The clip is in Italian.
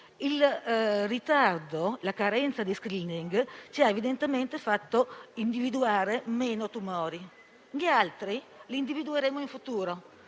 il ritardo o la carenza di *screening*, evidentemente, ci ha fatto individuare meno tumori. Gli altri li individueremo in futuro,